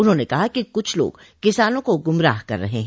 उन्होंने कहा कि कुछ लोग किसानों को गुमराह कर रहे हैं